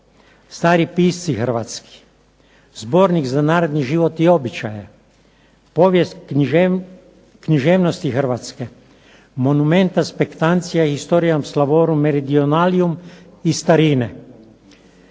stari pisci hrvatski, Zbornik za narodni život i običaje, povijest književnosti Hrvatske, Monumenta Spectantia Historiam Slavorum Meridionalium i Starine.